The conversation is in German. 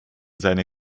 seine